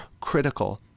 critical